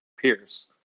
Pierce